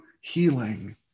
healing